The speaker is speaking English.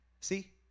see